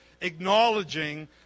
acknowledging